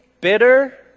bitter